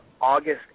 August